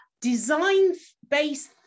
design-based